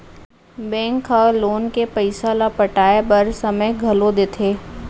bank ह loan के पइसा ल पटाए बर समे घलो देथे